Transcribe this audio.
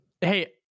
Hey